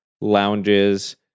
lounges